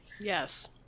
Yes